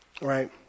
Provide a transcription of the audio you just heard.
right